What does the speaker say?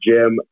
Jim